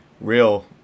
real